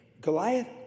Goliath